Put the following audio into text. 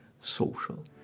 social